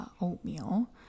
oatmeal